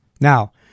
Now